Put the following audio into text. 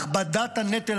הכבדת הנטל,